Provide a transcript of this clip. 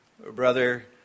Brother